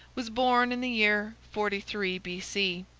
was born in the year forty three b c.